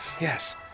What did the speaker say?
Yes